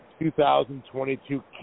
2022